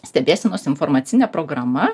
stebėsenos informacinė programa